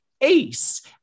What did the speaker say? Ace